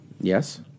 Yes